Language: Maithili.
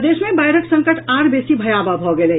प्रदेश मे बाढ़िक संकट आओर बेसी भयावह भऽ गेल अछि